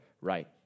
right